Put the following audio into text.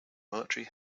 military